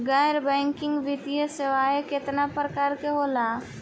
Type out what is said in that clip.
गैर बैंकिंग वित्तीय सेवाओं केतना प्रकार के होला?